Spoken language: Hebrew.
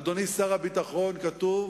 אדוני שר הביטחון, כתוב